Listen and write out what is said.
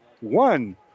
one